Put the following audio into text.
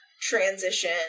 transition